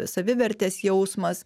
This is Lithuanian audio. savivertės jausmas